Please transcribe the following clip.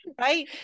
Right